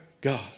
God